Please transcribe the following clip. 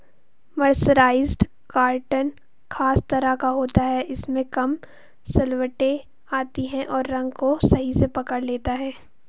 mercerised cotton खास तरह का होता है इसमें कम सलवटें आती हैं और रंग को सही से पकड़ लेता है